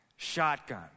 shotgun